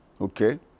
okay